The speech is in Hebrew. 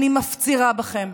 אני מפצירה בכם,